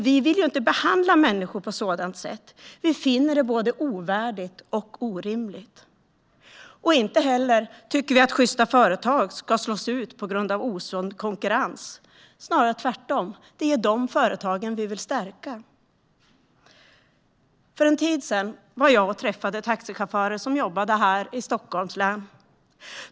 Vi vill inte behandla människor på sådant sätt. Vi finner det både ovärdigt och orimligt. Inte heller tycker vi att sjysta företag ska slås ut på grund av osund konkurrens. Det är snarare tvärtom: Det är de företagen vi vill stärka. För en tid sedan träffade jag taxichaufförer som jobbade här i Stockholms län.